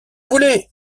voulez